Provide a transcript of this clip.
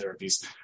therapies